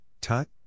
tut